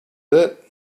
that